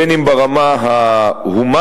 בין אם ברמה ההומנית,